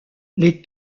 les